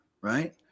right